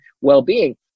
well-being